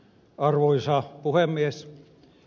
arvoisa puhemies